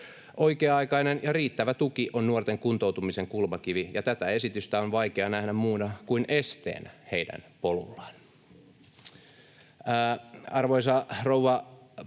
Oikea-aikainen ja riittävä tuki on nuorten kuntoutumisen kulmakivi, ja tätä esitystä on vaikea nähdä muuna kuin esteenä heidän polullaan.